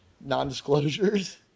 non-disclosures